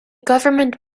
government